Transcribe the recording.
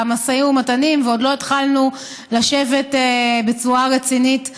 במשאים ומתנים ועוד לא התחלנו לשבת בצורה רצינית ולראות,